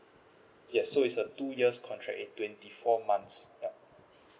yes so it's a two years contract at twenty four months yup